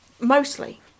Mostly